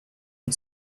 and